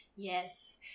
Yes